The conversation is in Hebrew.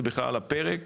זה בכלל הפרק